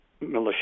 militia